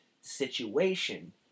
situation